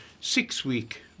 six-week